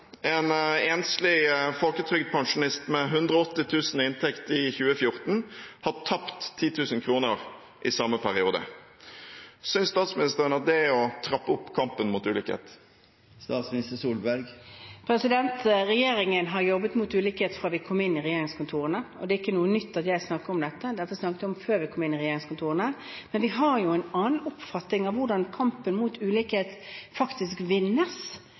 En enslig folketrygdpensjonist med 180 000 i inntekt i 2014 har tapt 10 000 kr i samme periode. Synes statsministeren at det er å trappe opp kampen mot ulikhet? Regjeringen har jobbet mot ulikhet fra vi kom inn i regjeringskontorene, og det er ikke noe nytt at jeg snakker om dette. Dette snakket jeg om før vi kom inn i regjeringskontorene, men vi har jo en annen oppfatning av hvordan kampen mot ulikhet faktisk vinnes,